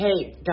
Hey